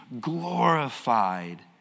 glorified